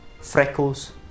freckles